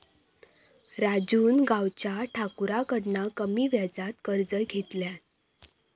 राजून गावच्या ठाकुराकडना कमी व्याजात कर्ज घेतल्यान